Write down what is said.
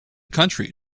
country